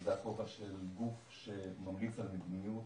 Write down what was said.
וזה הכובע של גוף שממליץ על מדיניות